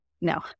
No